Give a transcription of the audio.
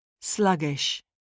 Sluggish